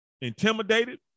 intimidated